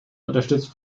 unterstützt